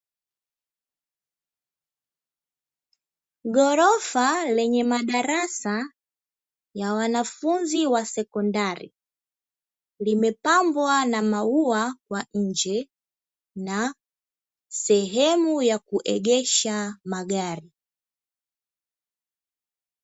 Ghorofa lenye madarasa ya wanafunzi wa sekondari, limepambwa na maua kwa nje, na sehemu ya kuegesha magari.